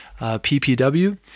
PPW